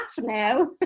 now